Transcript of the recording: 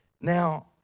Now